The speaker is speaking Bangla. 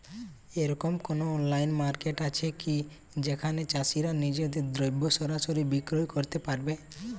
এরকম কোনো অনলাইন মার্কেট আছে কি যেখানে চাষীরা নিজেদের দ্রব্য সরাসরি বিক্রয় করতে পারবে?